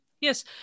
yes